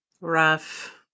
Rough